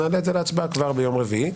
נעלה את זה להצבעה כבר ביום רביעי.